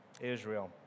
Israel